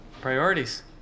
Priorities